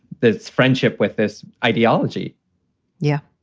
this friendship with. this ideology yeah,